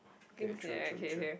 okay true true true